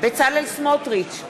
בצלאל סמוטריץ,